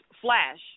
flash